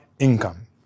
income